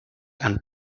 and